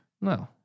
No